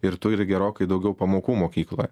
ir turi gerokai daugiau pamokų mokykloje